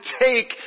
take